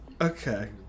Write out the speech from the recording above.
Okay